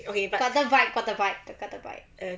got the vibe got the vibe got the vibe